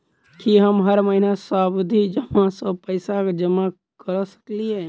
की हम हर महीना सावधि जमा सँ पैसा जमा करऽ सकलिये?